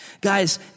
Guys